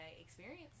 experience